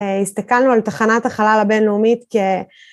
הסתכלנו על תחנת החלל הבינלאומית כ...